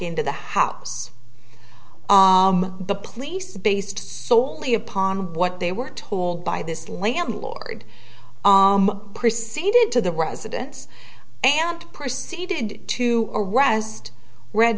into the house the police based solely upon what they were told by this landlord preceded to the residence and proceeded to arrest red